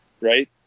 right